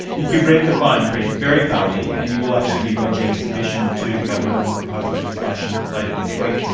you've read the fine print very thoroughly, and you will actually be lodging a submission to the government on the proposed legislation later this week.